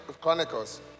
Chronicles